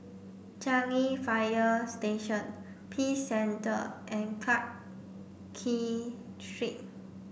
Changi Fire Station Peace Centre and Clarke Street